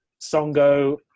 Songo